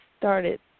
started